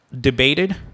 debated